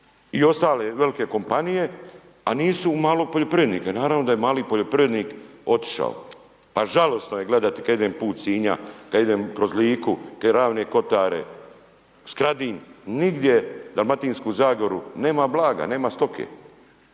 i ostale velike kompanije, a nisu u malog poljoprivrednika i naravno da je mali poljoprivrednik otišao. A žalosno je gledati, kada idem put Sinja, kada idem kroz Liku, ravne kotare, Skradin, nigdje Dalmatinsku zagoru, nema blaga, nema stoke,